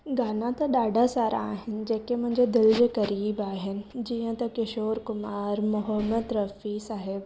गाना त ॾाढा सारा आहिनि जेके मुंहिंजे दिल जे क़रीबु आहिनि जीअं त किशोर कुमार मोहम्मद रफी साहिबु